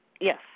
Yes